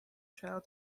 child